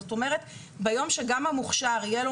זאת אומרת ביום שגם המוכשר יהיה לו